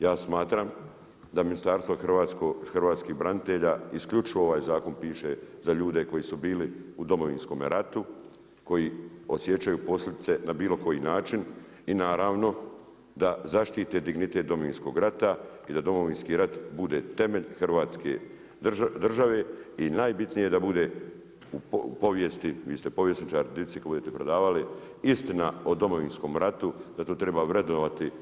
Ja smatram da ministarstvo hrvatskih branitelja, isključivo ovaj zakon piše za ljude koji su bili u Domovinskome ratu, koji osjećaju posljedice na bilo koji način i naravno da zaštite dignitet Domovinskog rata i da Domovinski rat bude temelj Hrvatske države i najbitnije da bude u povijesti, vi ste povjesničar, dici kad budete predavali, istina o Domovinskom ratu, da to treba vrednovati.